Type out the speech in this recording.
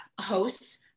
hosts